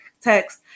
text